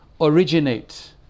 originate